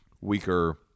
weaker